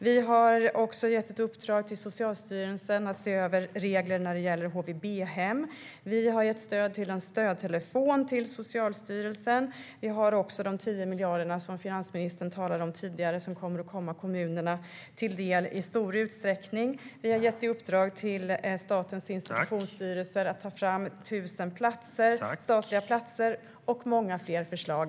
Vi har också gett Socialstyrelsen i uppdrag att se över regler för HVB-hem, och vi har vidare gett Socialstyrelsen i uppdrag att införa en stödtelefon. Dessutom finns de 10 miljarder som finansministern talade om tidigare, som i stor utsträckning kommer att komma kommunerna till del. Vi har gett Statens institutionsstyrelse i uppdrag att ta fram 1 000 statliga platser, och vi har många fler förslag.